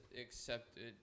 accepted